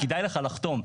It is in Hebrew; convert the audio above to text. כדאי לך לחתום.